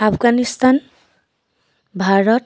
Afghanistan Bharat